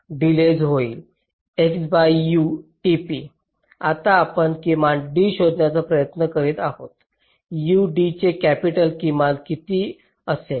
आता आपण किमान D शोधण्याचा प्रयत्न करीत आहोत U D चे कॅपिटल किमान किती असेल